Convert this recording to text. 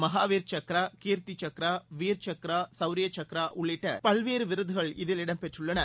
மகாவீர் சக்ரா கீர்த்தி சக்ரா வீர் சக்ரா சவுரிய சக்ரா உள்ளிட்ட பல்வேறு விருதுகள் இதில் இடம் பெற்றுள்ளன